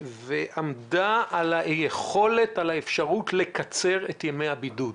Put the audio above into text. ועמדה על האפשרות לקצר את ימי הבידוד.